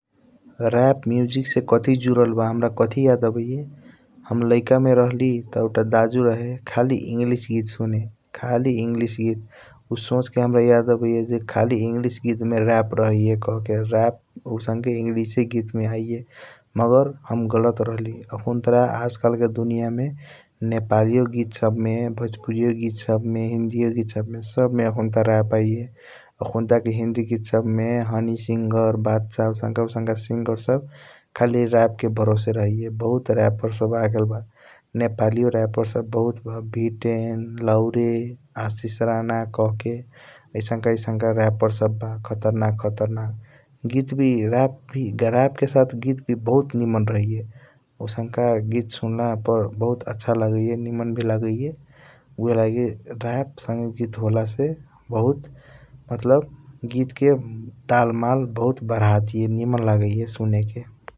रायप म्यूजिक से कथी जूदल बा हाम्रा कथी याद आबाइया हम लाइका मे राहली त एउटा दजू रहे खाली इंग्लिश गीत सुने खाली इंग्लिश गीत । उ सोच के हाम्रा याद अबैया ज खाल इंग्लिश गीत मे रायप रहैया कहके रायप आउसांके इंग्लिश गीत मे आइय मगर हम गलत राहली । आखुनतार नेपाली गीत सब मे भोजपुरियों गीत सब मे हिन्दियों गीत सब मे सब मे आखुनतारा रायप आइय आखुनतार हिन्दी गीत सब मे होने सिन्जर बदशा । आउसनक आउसनक सिन्जर सब खाली रायप के वरोसे रहैया बहुत रापर सब आगेल बा नेपाली रापर सब बहुत बा भीतेन लाउरे आशीष रन कहके । आईसंक आईसंक रापर सब बा खतरनाक खतरनाक गीत वी रैप व गीत के सतह रापर वी बहुत निमन रहैया आउसनक गीत सुनल पर अभूत आछ लागैया । निमन वी लागैया उहएलागी रापर संगे गीत हॉलसे बहुत मतलब गीत क ताल माल बहुत बधाड़िया निमन लागैया सुनेके ।